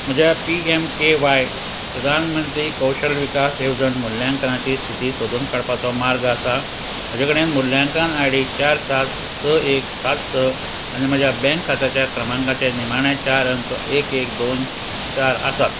म्हज्या P M K V Y प्रधानमंत्री कौशल विकास येवजण मूल्यांकनाची स्थिती सोदून काडपाचो मार्ग आसा म्हजे कडेन मुल्यांकन आय डी चार सात स एक सात स आनी म्हज्या बँक खात्याच्या क्रमांकाचे निमाण्या चार अंक एक एक दोन चार आसात